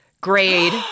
grade